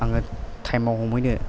आङो टाइमाव हमैनो